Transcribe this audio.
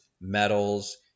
metals